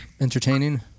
entertaining